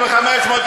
נפשע.